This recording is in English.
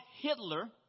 Hitler